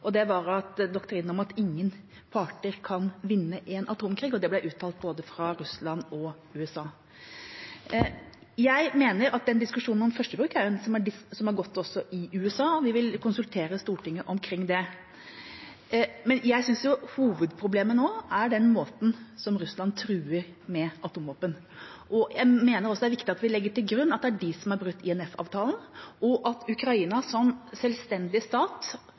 og det var doktrinen om at ingen parter kan vinne en atomkrig. Det ble uttalt både fra Russland og USA. Når det gjelder diskusjonen om førstegangsbruk, som har gått også i USA, vil vi konsultere Stortinget omkring det. Men jeg synes hovedproblemet nå er den måten som Russland truer med atomvåpen på. Jeg mener også det er viktig at vi legger til grunn at det er de som har brutt INF-avtalen. Da Ukraina som selvstendig stat